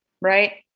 right